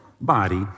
body